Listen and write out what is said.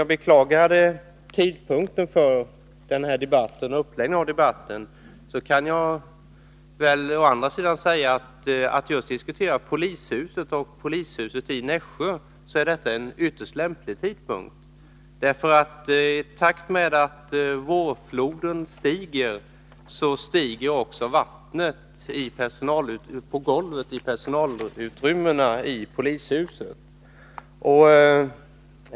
Jag beklagade uppdelningen i tiden av den här debatten, men jag kan säga att det å andra sidan är en ytterst lämplig tidpunkt att diskutera frågan om polishuset i Nässjö. I takt med att vårfloden stiger, stiger också vattnet på golvet i personalutrymmena i polishuset.